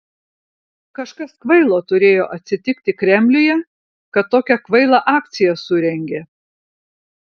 kažkas kvailo turėjo atsitiki kremliuje kad tokią kvailą akciją surengė